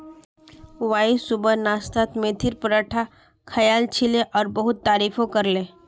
Y सुबह नाश्तात मेथीर पराठा खायाल छिले और बहुत तारीफो करले